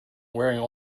wearing